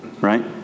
Right